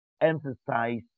emphasize